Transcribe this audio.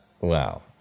Wow